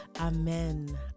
Amen